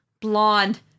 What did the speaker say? blonde